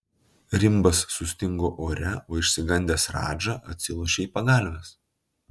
rimbas sustingo ore o išsigandęs radža atsilošė į pagalves